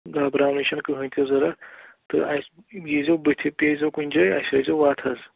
گابراونٕچ چھَنہٕ کٕہۭنۍ تہِ ضوٚرَتھ تہٕ اَسہِ ییٖزیو بٕتھِ پیٛٲرۍزیو کُنہِ جاے اَسہِ ہٲیزیو وَتھ حظ